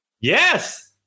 Yes